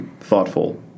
thoughtful